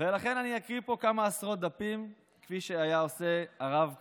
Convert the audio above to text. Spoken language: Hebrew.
לכן אני אקריא פה כמה עשרות דפים כפי שהיה עושה הרב קריב,